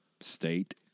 state